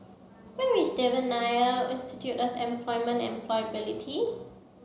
where is Devan Nair Institute of Employment and Employability